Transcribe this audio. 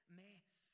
mess